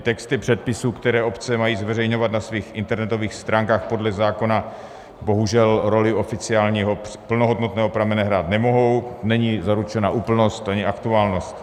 Texty předpisů, které obce mají zveřejňovat na svých internetových stránkách podle zákona, bohužel roli oficiálního plnohodnotného pramene hrát nemohou, není zaručena úplnost ani aktuálnost.